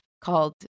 called